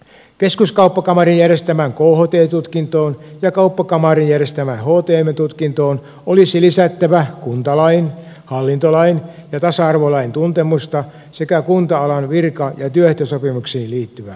keskuskauppakamarin järjestämään kht tutkintoon ja kauppakamarin järjestämään htm tutkintoon olisi lisättävä kuntalain hallintolain ja tasa arvolain tuntemusta sekä kunta alan virka ja työehtosopimuksiin liittyvää koulutusta